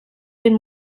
den